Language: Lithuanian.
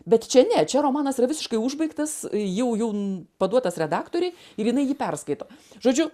bet čia ne čia romanas yra visiškai užbaigtas jau jau n paduotas redaktorei ir jinai jį perskaito žodžiu